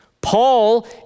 Paul